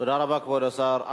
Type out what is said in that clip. תודה רבה, כבוד השר.